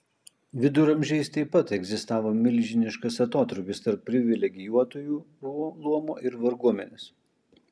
viduramžiais taip pat egzistavo milžiniškas atotrūkis tarp privilegijuotųjų luomo ir varguomenės